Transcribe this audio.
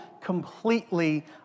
completely